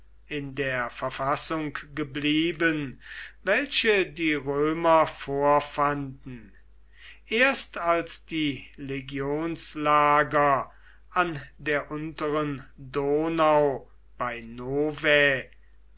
in der verfassung geblieben welche die römer vorfanden erst als die legionslager an der unteren donau